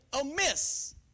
amiss